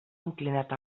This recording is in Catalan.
inclinat